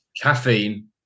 Caffeine